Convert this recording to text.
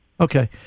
okay